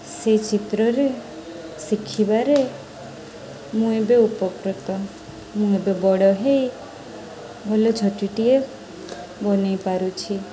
ସେଇ ଚିତ୍ରରେ ଶିଖିବାରେ ମୁଁ ଏବେ ଉପକୃତ ମୁଁ ଏବେ ବଡ଼ ହେଇ ଭଲ ଝୋଟିଟିଏ ବନାଇ ପାରୁଛି